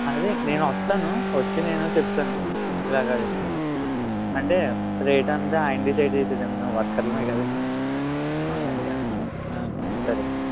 అదే నేను వస్తాను వచ్చి నేను చెప్తాను ఇలాగ అంటే రేట్ అంతా ఆయన డిసైడ్ చేసేది మేము వర్కర్లం కదండి మాది అంతా సరే అండి